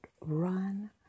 run